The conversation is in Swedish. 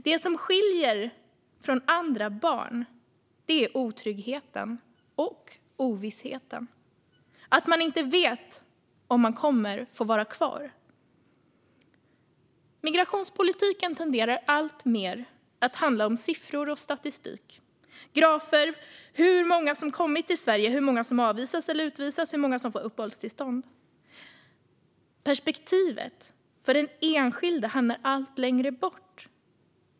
Det som skiljer dem från andra barn är otryggheten och ovissheten - att man inte vet om man kommer att få vara kvar. Migrationspolitiken tenderar alltmer att handla om siffror och statistik, grafer, hur många som kommit till Sverige, hur många som avvisas eller utvisas och hur många som får uppehållstillstånd. Perspektivet för den enskilda hamnar allt längre bort.